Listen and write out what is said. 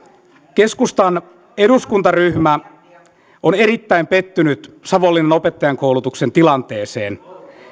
keskustan eduskuntaryhmä on erittäin pettynyt savonlinnan opettajankoulutuksen tilanteeseen